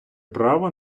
право